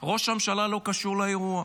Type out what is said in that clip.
ראש הממשלה לא קשור לאירוע,